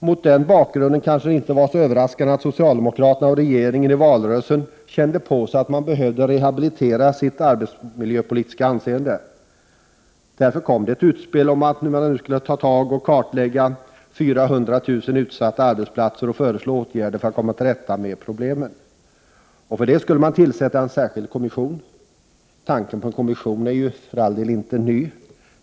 Mot den bakgrunden kanske det inte var så överraskande att socialdemokraterna och regeringen i valrörelsen kände på sig att de behövde rehabilitera sitt arbetsmiljöpolitiska anseende. Därför kom det ett utspel om att de nu skulle kartlägga 400 000 utsatta arbetsplatser och föreslå åtgärder för att komma till rätta med problemen. För det skulle en särskild kommission tillsättas. Tanken på en sådan kommission är för all del inte ny.